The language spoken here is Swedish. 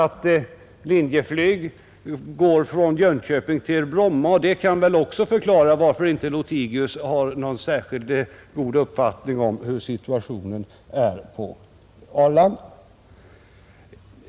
Att Linjeflyg uppenbarligen går från Jönköping till Bromma kan väl också förklara varför herr Lothigius inte har någon särskilt god uppfattning om hur situationen är på Arlanda!